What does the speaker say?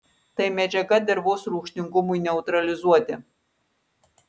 tai medžiaga dirvos rūgštingumui neutralizuoti